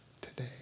today